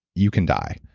you can die.